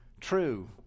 true